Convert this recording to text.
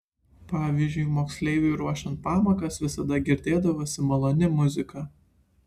pavyzdžiui moksleiviui ruošiant pamokas visada girdėdavosi maloni muzika